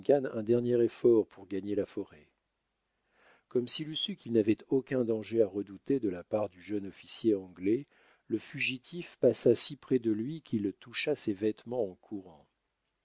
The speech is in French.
un dernier effort pour gagner la forêt comme s'il eût su qu'il n'avait aucun danger à redouter de la part du jeune officier anglais le fugitif passa si près de lui qu'il toucha ses vêtements en courant